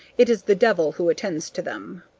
it is the devil who attends to them.